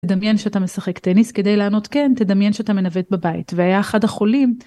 דמיין שאתה משחק טניס כדי לענות כן תדמיין שאתה מנווט בבית והיה אחד החולים.